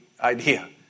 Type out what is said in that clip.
idea